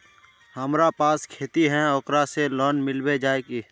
हमरा पास खेती है ओकरा से लोन मिलबे जाए की?